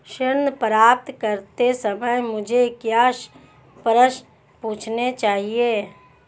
ऋण प्राप्त करते समय मुझे क्या प्रश्न पूछने चाहिए?